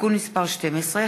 (תיקון מס' 12),